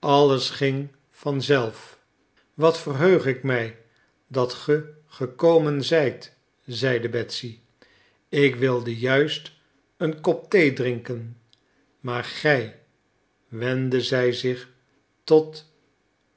alles ging van zelf wat verheug ik mij dat ge gekomen zijt zeide betsy ik wilde juist een kop thee drinken maar gij wendde zij zich tot